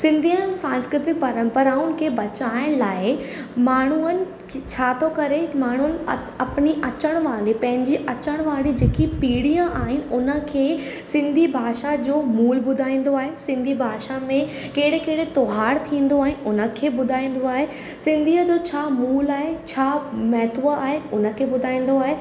सिंधीअ सांस्कृतिक परंपराउनि खे बचाइण लाइ माण्हुअनि छा थो करे की माण्हुनि अपनी अचणु वारे पंहिंजे अचणु वारी जेके पीढ़ीअ आहिनि उन खे सिंधी भाषा जो मूल ॿुधाईंदो आहे सिंधी भाषा में कहिड़े कहिड़े त्योहार थींदो आहे उन खे ॿुधाईंदो आहे सिंधीअ जो छा मूल आहे छा महत्व आहे उन खे ॿुधाईंदो आहे